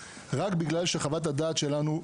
רק בגלל שחוות הדעת שלנו,